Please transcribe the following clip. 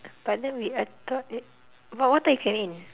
but then we I thought eh what what time we came in